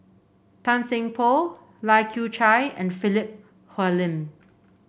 Tan Seng Poh Lai Kew Chai and Philip Hoalim